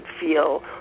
feel